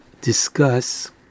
discuss